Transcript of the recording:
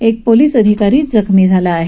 एक पोलीस अधिकारीही जखमी झाला आहे